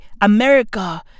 America